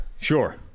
Sure